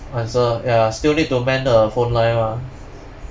answer ya still need to mend the phone line mah